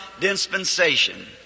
dispensation